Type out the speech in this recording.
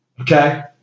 Okay